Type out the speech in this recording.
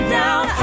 down